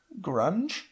Grunge